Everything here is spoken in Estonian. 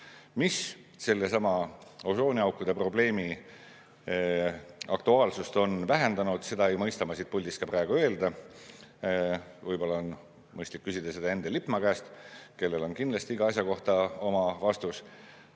Mis sellesama osooniaukude probleemi aktuaalsust on vähendanud, seda ei mõista ma siit puldist praegu öelda. Võib-olla on mõistlik küsida seda Endel Lippmaa käest, kellel on kindlasti iga asja kohta oma vastus.